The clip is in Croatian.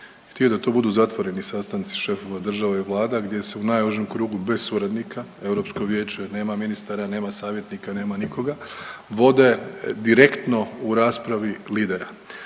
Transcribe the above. Htio je da to budu zatvoreni sastanci šefova država i vlada gdje se u najužem krugu bez suradnika, EV nema ministara, nema savjetnika, nema nikoga, vode direktno u raspravi lidera.